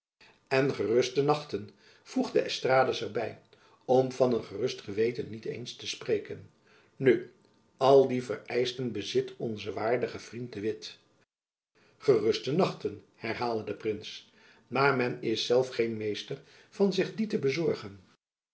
en geruste nachten voegde d'estrades er by om van een gerust geweten niet eens te spreken nu al die vereischten bezit onze waardige vriend de witt geruste nachten herhaalde de prins maar men is zelf geen meester van zich die te bezorgen